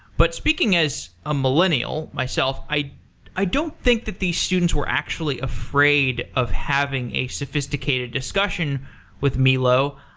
but speaking as a millennial myself, i i don't think that these students were actually afraid of having a sophisticated discussion with milo.